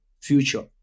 future